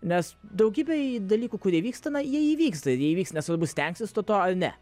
nes daugybei dalykų kurie vyksta na jie įvyks ir įvyks nesvarbu stengsies tu to ar ne